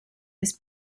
his